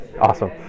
Awesome